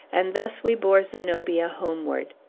and thus we bore zenobia homeward.